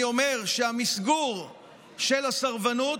אני אומר שהמסגור של הסרבנות,